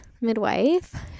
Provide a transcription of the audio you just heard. midwife